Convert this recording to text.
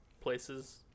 Places